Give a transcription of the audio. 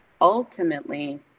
ultimately